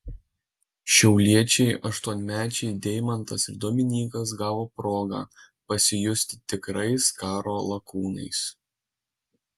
šiauliečiai aštuonmečiai deimantas ir dominykas gavo progą pasijusti tikrais karo lakūnais